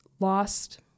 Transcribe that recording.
lost